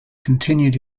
continued